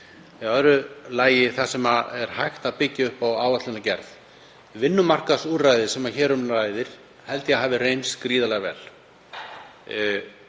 öðru lagi það sem er hægt að byggja upp á áætlanagerð. Vinnumarkaðsúrræði sem hér um ræðir held ég að hafi reynst gríðarlega vel